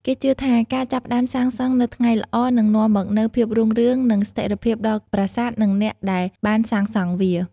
គេជឿថាការចាប់ផ្តើមសាងសង់នៅថ្ងៃល្អនឹងនាំមកនូវភាពរុងរឿងនិងស្ថិរភាពដល់ប្រាសាទ និងអ្នកដែលបានសាងសង់វា។